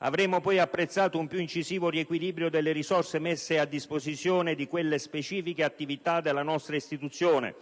Avremmo poi apprezzato un più incisivo riequilibrio delle risorse messe a disposizione di quelle specifiche attività della nostra istituzione